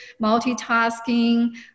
multitasking